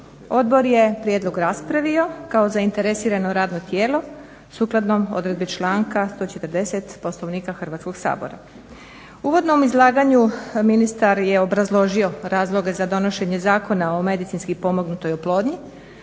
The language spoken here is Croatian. Odbor je prijedlog raspravio kao zainteresirano radno tijelo sukladno odredbi članka 140. Poslovnika Hrvatskog sabora. U uvodnom izlaganju ministar je obrazložio razloge za donošenje Zakona o medicinski pomognutoj oplodnji,